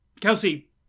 Kelsey